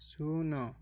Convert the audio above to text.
ଶୂନ